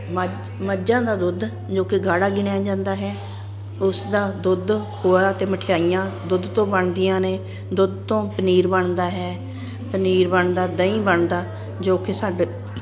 ਮੱਝ ਮੱਝਾਂ ਦਾ ਦੁੱਧ ਜੋ ਕਿ ਗਾੜ੍ਹਾ ਗਿਣਿਆ ਜਾਂਦਾ ਹੈ ਉਸ ਦਾ ਦੁੱਧ ਖੋਇਆ ਅਤੇ ਮਠਿਆਈਆਂ ਦੁੱਧ ਤੋਂ ਬਣਦੀਆਂ ਨੇ ਦੁੱਧ ਤੋਂ ਪਨੀਰ ਬਣਦਾ ਹੈ ਪਨੀਰ ਬਣਦਾ ਦਹੀਂ ਬਣਦਾ ਜੋ ਕਿ ਸਾਡੇ